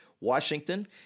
Washington